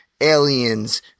aliens